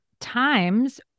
times